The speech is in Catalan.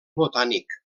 botànic